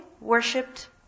worshipped